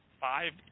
five